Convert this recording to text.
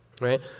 Right